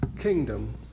kingdom